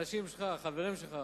חברים שלך